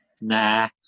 nah